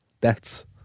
deaths